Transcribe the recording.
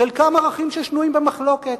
חלקם ערכים ששנויים במחלוקת.